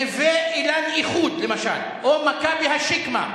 "נווה-אילן איחוד" למשל או "מכבי השקמה",